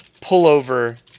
pullover